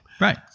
Right